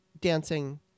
dancing